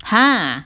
!huh!